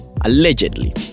allegedly